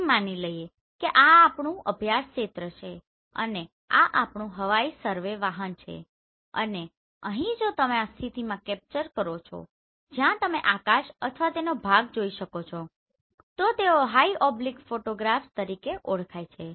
એમ માની લઈએ કે આ આપણું અભ્યાસ ક્ષેત્ર છે અને આ આપણું હવાઈ સર્વે વાહન છે અને અહીં જો તમે આ સ્થિતિમાં કેપ્ચર કરો છો જ્યાં તમે આકાશ અથવા તેનો ભાગ જોઈ શકો છો તો તેઓ હાઈ ઓબ્લીક ફોટોગ્રાફ્સ તરીકે ઓળખાય છે